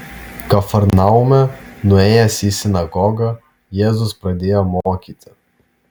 kafarnaume nuėjęs į sinagogą jėzus pradėjo mokyti